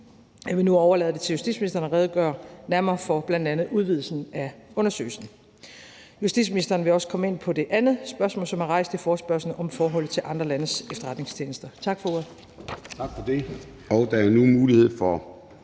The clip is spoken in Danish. Jeg vil nu overlade det til justitsministeren at redegøre nærmere for bl.a. udvidelsen af undersøgelsen. Justitsministeren vil også komme ind på det andet spørgsmål, som er rejst i forespørgslen, om forholdet til andre landes efterretningstjenester. Tak for ordet.